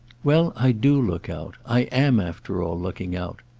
well, i do look out. i am, after all, looking out.